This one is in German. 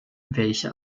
welche